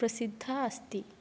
प्रसिद्धा अस्ति